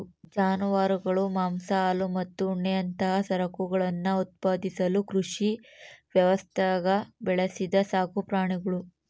ಜಾನುವಾರುಗಳು ಮಾಂಸ ಹಾಲು ಮತ್ತು ಉಣ್ಣೆಯಂತಹ ಸರಕುಗಳನ್ನು ಉತ್ಪಾದಿಸಲು ಕೃಷಿ ವ್ಯವಸ್ಥ್ಯಾಗ ಬೆಳೆಸಿದ ಸಾಕುಪ್ರಾಣಿಗುಳು